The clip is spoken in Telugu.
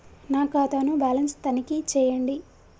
నా ఖాతా ను బ్యాలన్స్ తనిఖీ చేయండి?